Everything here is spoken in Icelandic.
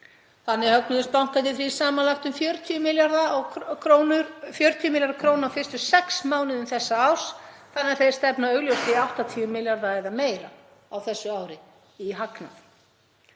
Þannig högnuðust bankarnir þrír samanlagt um 40 milljarða kr. á fyrstu sex mánuðum þessa árs þannig að þeir stefna augljóslega í 80 milljarða eða meira á þessu ári í hagnað.